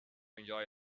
enjoy